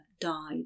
died